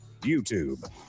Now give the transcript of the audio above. YouTube